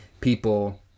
people